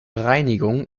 reinigung